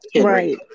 Right